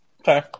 Okay